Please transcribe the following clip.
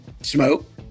smoke